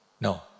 No